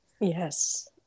Yes